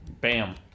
Bam